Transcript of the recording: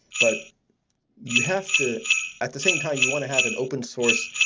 but you have to at the same time, you want to have an open source,